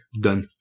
Done